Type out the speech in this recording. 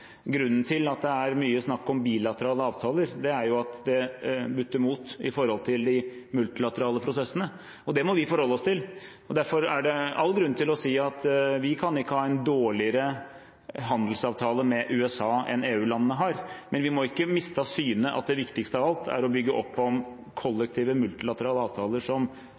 Grunnen til at det er mye snakk om bilaterale avtaler, er jo at det butter imot når det gjelder de multilaterale prosessene. Det må vi forholde oss til. Derfor er det all grunn til å si at vi ikke kan ha en dårligere handelsavtale med USA enn EU-landene har, men vi må ikke miste av syne at det viktigste av alt er å bygge opp om kollektive, multilaterale avtaler som